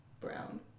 Brown